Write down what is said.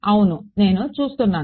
అవునా నేను చూస్తున్నాను